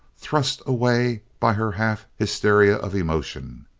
thrust away by her half-hysteria of emotion.